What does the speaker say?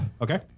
Okay